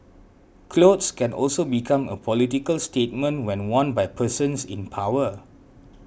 clothes can also become a political statement when worn by persons in power